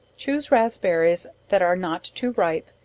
chuse raspberries that are not too ripe,